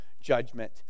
judgment